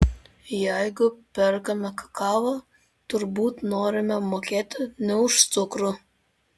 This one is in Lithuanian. jeigu perkame kakavą turbūt norime mokėti ne už cukrų